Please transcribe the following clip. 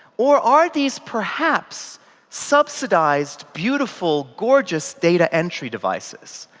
or are these perhaps subsidized beautiful, gorgeous data entry devices?